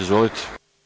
Izvolite.